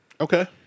Okay